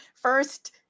first